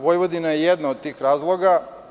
Vojvodina je jedan od tih razloga.